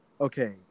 okay